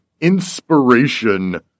inspiration